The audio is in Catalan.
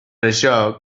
això